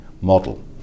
model